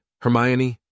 Hermione